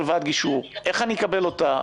אותה הלוואת גישור שאתה מדבר עליה,